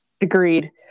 Agreed